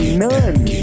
none